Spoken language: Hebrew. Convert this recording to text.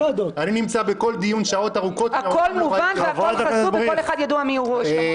אני נמצא בכל דיון שעות ארוכות ואף פעם לא ראיתי אותך שם.